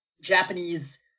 Japanese